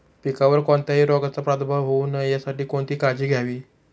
पिकावर कोणत्याही रोगाचा प्रादुर्भाव होऊ नये यासाठी कोणती काळजी घ्यावी?